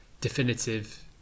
definitive